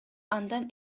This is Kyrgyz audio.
андан